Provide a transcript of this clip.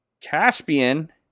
Caspian